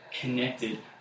connected